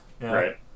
Right